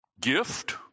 gift